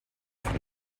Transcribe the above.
von